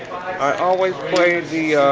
i always played the